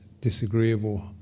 disagreeable